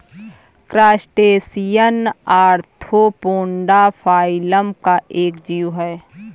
crustacean arthropoda phylum का एक जीव है